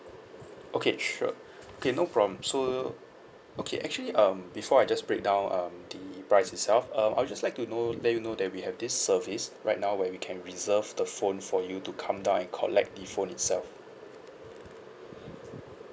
okay sure okay no problem so okay actually um before I just breakdown um the price itself um I would just like to know that you know that we have this service right now where we can reserve the phone for you to come down and collect the phone itself